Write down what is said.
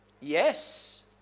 Yes